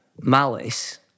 malice